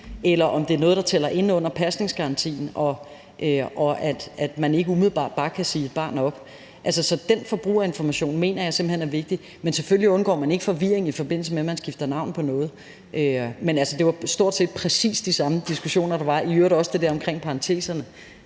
eller om det er noget, der falder ind under pasningsgarantien, så man ikke bare umiddelbart kan sige et barns pasning op. Så den forbrugerinformation mener jeg simpelt hen er vigtig. Men selvfølgelig undgår man ikke forvirring, i forbindelse med at man skifter navn på noget. Men det var stort set præcis de samme diskussioner, der var – i øvrigt også det der omkring parenteserne